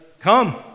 Come